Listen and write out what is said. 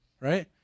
right